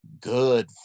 good